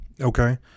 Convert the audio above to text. Okay